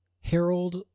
Harold